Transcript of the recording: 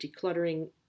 decluttering